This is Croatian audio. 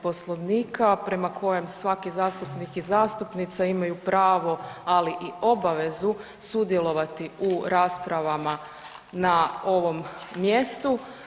Poslovnika prema kojem svaki zastupnik i zastupnica imaju pravo, ali i obavezu sudjelovati u raspravama na ovom mjestu.